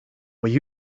will